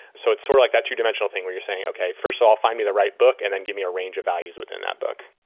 so it's sort of like that two-dimensional thing where you're saying, okay. first off, find me the right book and then give me a range of values within that book.